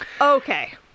okay